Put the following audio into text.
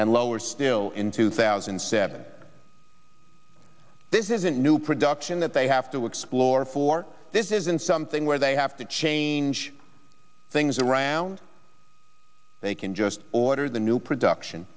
and lower still in two thousand and seven this isn't new production that they have to explore for this isn't something where they have to change things around they can just order the new production